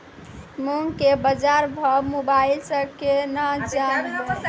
मूंग के बाजार भाव मोबाइल से के ना जान ब?